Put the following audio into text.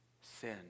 sin